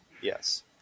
Yes